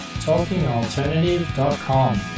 talkingalternative.com